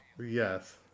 Yes